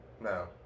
No